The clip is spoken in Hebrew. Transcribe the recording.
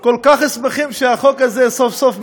כל כך שמחים שהחוק הזה סוף-סוף מגיע.